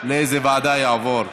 לאיזו ועדה יעבור.